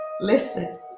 Listen